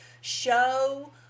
Show